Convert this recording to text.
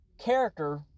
character